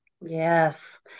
Yes